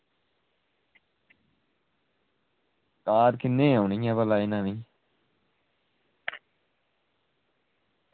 तार किन्नी गै औनी ऐ भला इनें दी